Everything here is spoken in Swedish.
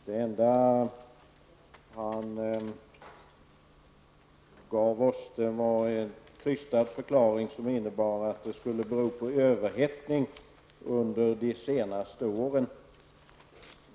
Det enda han gav oss var en krystad förklaring att skälet skulle vara en överhettning under de senaste åren.